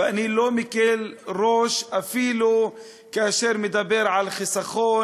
ואני לא מקל ראש אפילו כאשר הוא מדבר על חיסכון